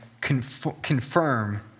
confirm